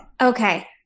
Okay